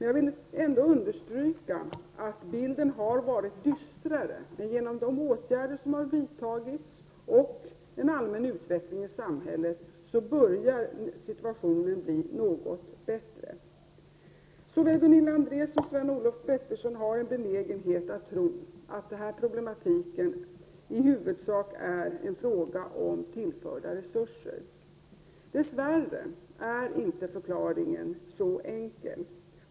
Jag vill ändå understryka att bilden har varit dystrare, men genom de åtgärder som har vidtagits och en allmän utveckling i samhället börjar situationen nu bli något bättre. Såväl Gunilla André som Sven-Olof Petersson har en benägenhet att tro att den här problematiken i huvudsak är en fråga om tillförda resurser. Dess värre är inte förklaringen så enkel.